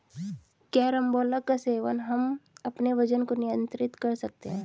carambola का सेवन कर हम अपने वजन को नियंत्रित कर सकते हैं